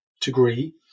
degree